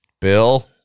bill